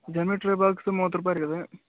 geometry box ಮೂವತ್ತು ರೂಪಾಯಿ ರೀ ಅದು